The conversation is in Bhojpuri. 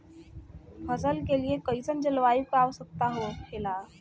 फसल के लिए कईसन जलवायु का आवश्यकता हो खेला?